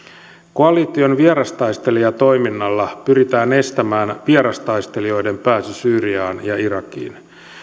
koalition vierastaistelijatoiminnalla pyritään estämään vierastaistelijoiden pääsy syyriaan ja irakiin